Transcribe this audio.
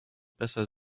besser